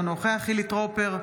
אינו נוכח חילי טרופר,